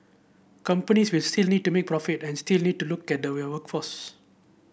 companies will still need to make profit and still need to look at their workforce